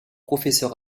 professeur